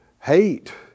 hate